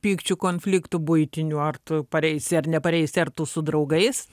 pykčių konfliktų buitinių ar tu pareisi ar nepareisi ar tu su draugais